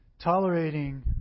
tolerating